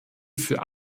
für